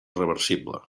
reversible